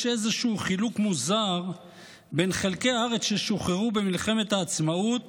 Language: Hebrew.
יש איזשהו חילוק מוזר בין חלקי הארץ ששוחררו במלחמת העצמאות